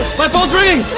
my phone's ringing.